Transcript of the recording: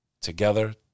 together